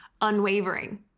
Unwavering